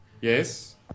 Yes